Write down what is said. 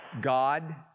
God